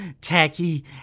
tacky